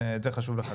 ואת זה חשוב לחדד.